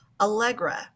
Allegra